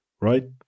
right